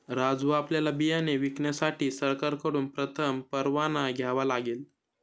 राजू आपल्याला बियाणे विकण्यासाठी सरकारकडून प्रथम परवाना घ्यावा लागेल